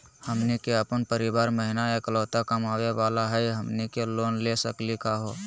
हमनी के अपन परीवार महिना एकलौता कमावे वाला हई, हमनी के लोन ले सकली का हो?